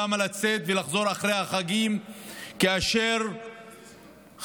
למה לצאת ולחזור אחרי החגים כאשר החיילים